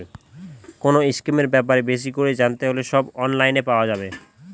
কোনো স্কিমের ব্যাপারে বেশি করে জানতে হলে সব অনলাইনে পাওয়া যাবে